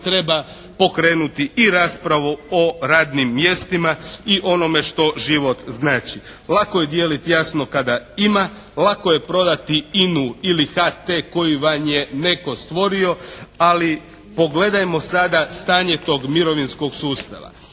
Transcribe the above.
treba pokrenuti i raspravu o radnim mjestima i onome što život znači. Lako je dijeliti jasno kada ima. Lako je prodati INA-u ili HT koji vam je netko stvorio. Ali pogledajmo sada stanje tog mirovinskog sustava.